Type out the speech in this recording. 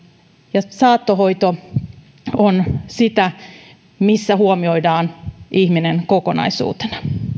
ja saattohoito on sitä missä huomioidaan ihminen kokonaisuutena